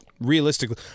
realistically